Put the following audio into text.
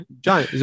John